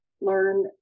learn